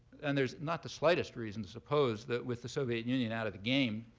and there's not the slightest reason to suppose that with the soviet union out of the game,